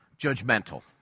judgmental